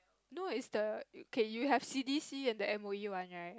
no is the okay you have C_D_C and M_O_E one right